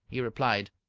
he replied.